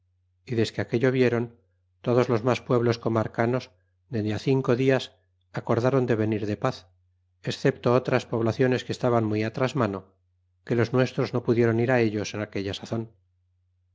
y desque aquello vieron todos los mas pueblos comarcanos dende cinco dias acordron de venir de paz excepto otras poblaciones que estaban muy trasmano que los nuestros no pudieron ir ellos en aquella